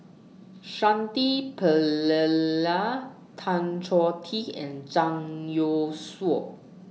Shanti Tan Choh Tee and Zhang Youshuo